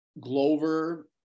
Glover